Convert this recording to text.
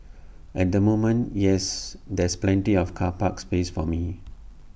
at the moment yes there's plenty of car park space for me